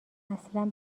اصلن